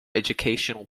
educational